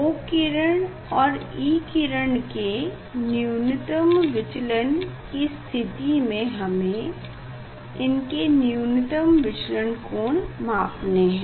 O किरण और E किरण के न्यूनतम विचलन कि स्थिति में हमें इनके न्यूनतम विचलन कोण मापने हैं